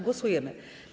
Głosujemy.